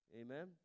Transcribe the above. Amen